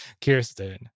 Kirsten